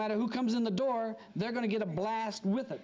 matter who comes in the door they're going to get a blast with